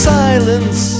silence